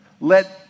let